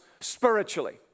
spiritually